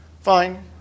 fine